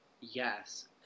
Yes